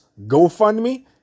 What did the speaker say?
GoFundMe